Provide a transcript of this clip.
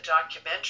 documentary